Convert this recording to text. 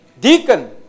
Deacon